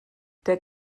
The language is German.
der